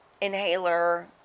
inhaler